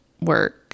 work